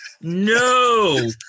no